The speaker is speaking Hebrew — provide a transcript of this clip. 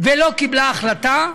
ולא קיבלה החלטה,